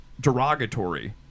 derogatory